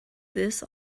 this